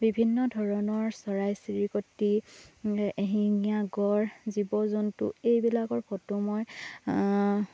বিভিন্ন ধৰণৰ চৰাই চিৰিকটি এশিঙীয়া গঁড় জীৱ জন্তু এইবিলাকৰ ফটো মই